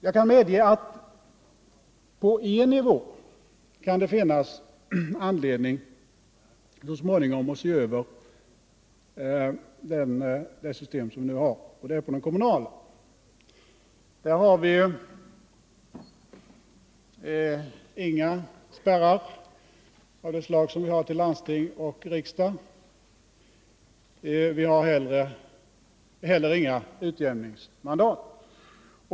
Jag kan medge att det på en nivå kan finnas anledning att så småningom se över det nuvarande systemet, och det gäller kommunerna. Där har vi ju inga spärrar av det slag som vi tillämpar när det gäller landsting och riksdag. Vi har inte heller några utjämningsmandat.